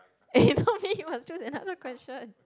eh not me you must choose another question